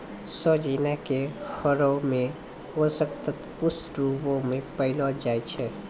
सोजिना के फरो मे पोषक तत्व पुष्ट रुपो मे पायलो जाय छै